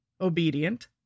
obedient